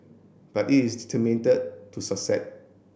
but it is to succeed